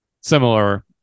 similar